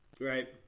Right